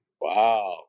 Wow